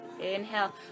Inhale